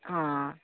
ਹਾਂ